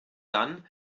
dann